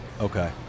okay